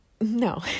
No